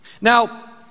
Now